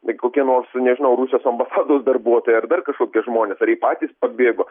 į kokią nors nežinau rusijos ambasados darbuotoja ar dar kažkokie žmonės ar jie patys pabėgo